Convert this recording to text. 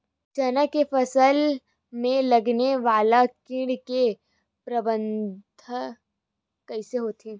चना के फसल में लगने वाला कीट के प्रबंधन कइसे होथे?